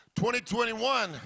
2021